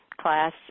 class